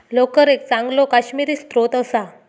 लोकर एक चांगलो काश्मिरी स्त्रोत असा